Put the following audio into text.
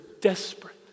desperate